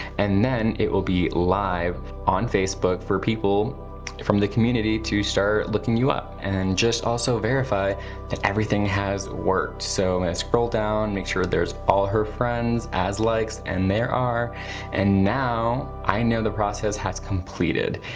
and then it will be live on facebook for people from the community to start looking you up and just also verify that everything has worked. so i'm gonna scroll down, make sure there's all her friends as likes and there are and now i know the process has completed.